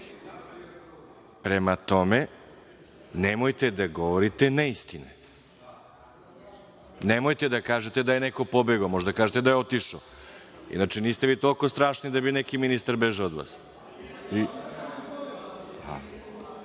Prema tome, nemojte da govorite neistine. Nemojte da kažete da je neko pobegao. Možete da kažete da je otišao. Inače, niste vi toliko strašni da bi neki ministar bežao od vas.